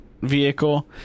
vehicle